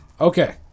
Okay